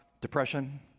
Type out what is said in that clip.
depression